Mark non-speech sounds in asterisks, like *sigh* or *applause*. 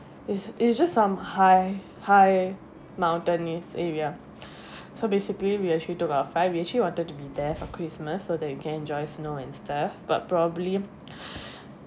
it's it's just some high high mountainous area so basically we actually took a five we actually wanted to be there for christmas so that you can enjoy snow and stuff but probably *breath*